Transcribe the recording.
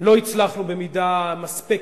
שלא הצלחנו במידה מספקת,